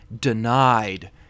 denied